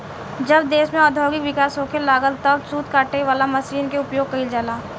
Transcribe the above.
जब देश में औद्योगिक विकास होखे लागल तब सूत काटे वाला मशीन के उपयोग गईल जाला